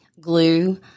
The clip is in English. glue